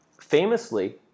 famously